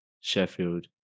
Sheffield